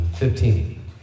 Fifteen